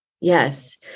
Yes